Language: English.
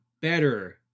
better